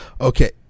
okay